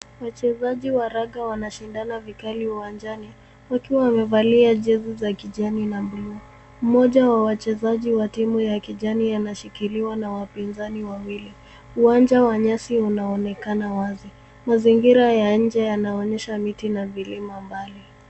Wachezaji wa raga wanashindana vikali uwanjani wakiwa wamevalia jezi za kijani na blue . Mmoja wa wachezaji wa timu ya kijani anashikiliwa na wapinzani wawili. Uwanja wa nyasi unaonekana wazi. Mazingira ya nje yanaonyesha miti na vilima mbali.